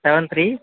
seven three